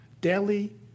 daily